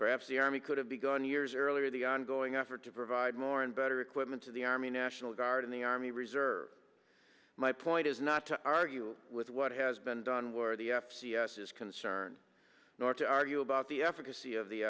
perhaps the army could have begun years earlier the ongoing effort to provide more and better equipment to the army national guard and the army reserve my point is not to argue with what has been done where the f c s is concerned nor to argue about the efficacy of the